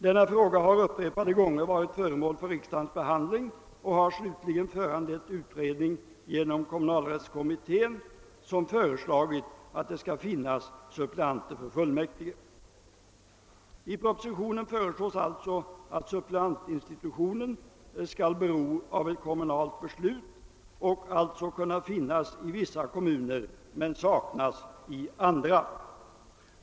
Denna fråga har upprepade gånger varit föremål för riksdagens behandling och har slutligen föranlett utredning genom kommunalrättskommittén som föreslagit att det skall finnas suppleanter för fullmäktige. I propositionen föreslås alltså att suppleantinstitutionen skall bero av ett kommunalt be slut och alltså kunna finnas i vissa kommuner men saknas i andra.